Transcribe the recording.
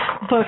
book